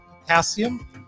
potassium